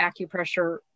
acupressure